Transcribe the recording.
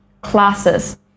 classes